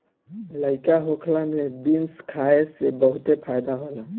लइका होखला में बीन्स खाए से बहुते फायदा होला